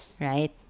right